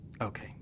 Okay